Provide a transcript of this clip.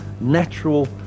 natural